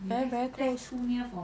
very very close